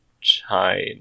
China